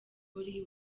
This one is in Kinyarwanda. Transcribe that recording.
polly